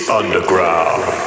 underground